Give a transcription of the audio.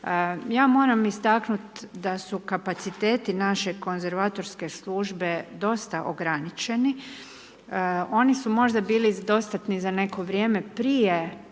Ja moram istaknuti da su kapaciteti naše konzervatorske službe dosta ograničeni, oni su možda bili dostatni za neko vrijeme prije